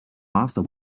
master